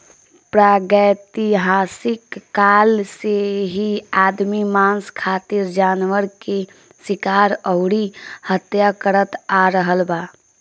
प्रागैतिहासिक काल से ही आदमी मांस खातिर जानवर के शिकार अउरी हत्या करत आ रहल बा